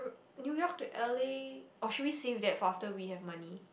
New York to L_A or should we save that for after we have money